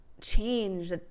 change